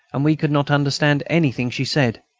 and we could not understand anything she said.